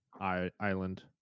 Island